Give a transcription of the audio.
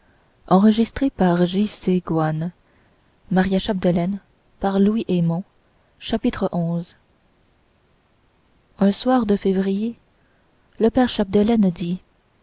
chapitre xi un soir de février le père chapdelaine dit